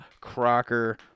Crocker